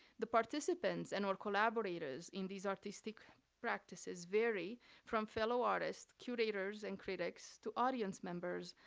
the participants and or collaborators in these artistic practices vary from fellow artists, curators, and critics to audience members,